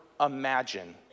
imagine